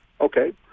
Okay